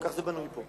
כך זה בנוי פה.